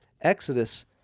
Exodus